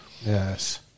Yes